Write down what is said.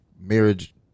marriage